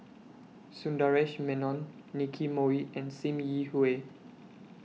Sundaresh Menon Nicky Moey and SIM Yi Hui